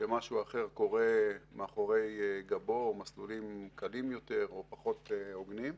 שמשהו אחר קורה מאחורי גבו מסלולים קלים יותר או פחות הוגנים.